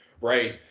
right